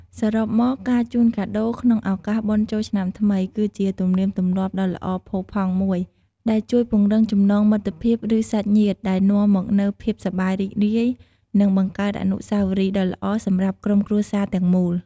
សរុបមកការជូនកាដូរក្នុងឱកាសបុណ្យចូលឆ្នាំថ្មី គឺជាទំនៀមទម្លាប់ដ៏ល្អផូរផង់មួយ ដែលជួយពង្រឹងចំណងមិត្តភាព ឬសាច់ញាតិ ដែលនាំមកនូវភាពសប្បាយរីករាយ និងបង្កើតអនុស្សាវរីយ៍ដ៏ល្អសម្រាប់ក្រុមគ្រួសារទាំងមូល។